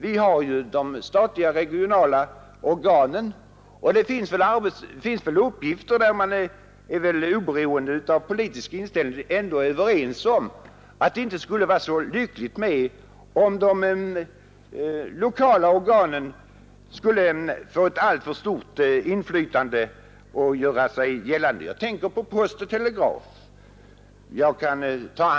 Vi har ju statliga och regionala organ, och det finns väl uppgifter beträffande vilka man, oberoende av politisk inställning, ändå är överens om att det inte skulle vara så lyckligt om de lokala organen skulle få ett alltför stort inflytande. Jag tänker på post och telegraf.